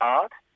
art